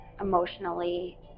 emotionally